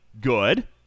good